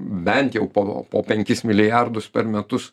bent jau po po penkis milijardus per metus